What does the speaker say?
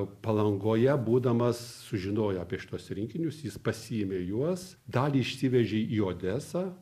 palangoje būdamas sužinojo apie šituos rinkinius jis pasiėmė juos dalį išsivežė į odesą